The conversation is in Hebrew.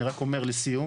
אני רק אומר, לסיום,